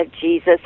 Jesus